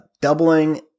doubling